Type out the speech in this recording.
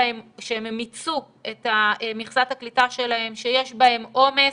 שהם מיצו את מכסת הקליטה שלהם, שיש בהם עומס